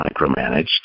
micromanaged